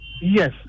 Yes